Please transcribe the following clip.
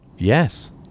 Yes